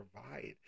provide